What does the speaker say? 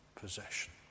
possession